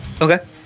Okay